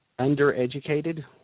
undereducated